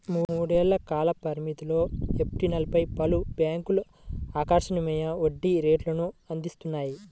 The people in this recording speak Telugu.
మూడేళ్ల కాల పరిమితిలోని ఎఫ్డీలపై పలు బ్యాంక్లు ఆకర్షణీయ వడ్డీ రేటును అందిస్తున్నాయి